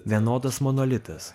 vienodas monolitas